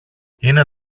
είναι